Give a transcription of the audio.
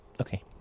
okay